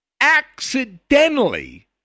accidentally